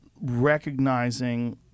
recognizing